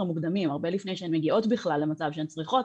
מוקדמים הרבה לפני שהן מגיעות בכלל למצב שהן צריכות